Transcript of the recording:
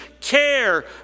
care